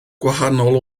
gwahanol